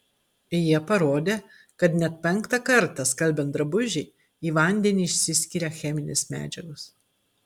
jie parodė kad net penktą kartą skalbiant drabužį į vandenį išsiskiria cheminės medžiagos